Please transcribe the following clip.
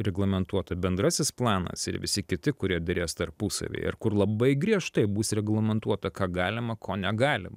reglamentuota bendrasis planas ir visi kiti kurie derės tarpusavyje ir kur labai griežtai bus reglamentuota ką galima ko negalima